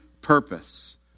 purpose